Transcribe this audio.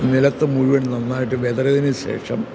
നിലത്ത് മുഴുവൻ നന്നായിട്ട് വിതറിയതിനുശേഷം